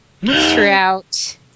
throughout